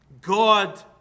God